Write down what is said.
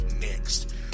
next